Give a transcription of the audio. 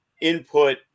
input